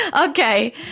okay